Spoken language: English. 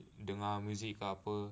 dengar muzik ke apa